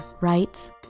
writes